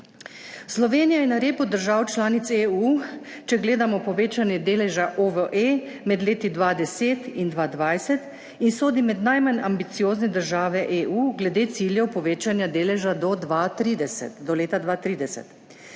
Slovenija je na repu držav članic EU, če gledamo povečanje deleža Ove med leti 2010 in 2020 in sodi med najmanj ambiciozne države EU glede ciljev povečanja deleža do 2030.